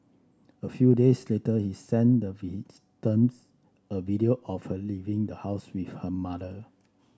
a few days later he sent the a video of her leaving the house with her mother